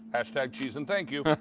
hashtag cheese and thank you.